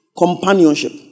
companionship